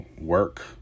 work